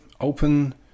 open